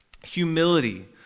Humility